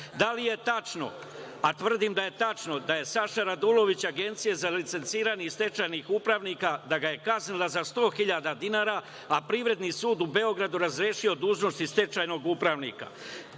li je tačno, a tvrdim da je tačno, da je Sašu Radulovića Agencija za licenciranje stečajnih upravnika kaznila sa 100 hiljada dinara, a Privredni sud u Beogradu razrešio dužnosti stečajnog upravnika? Dozvolite